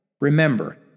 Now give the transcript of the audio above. Remember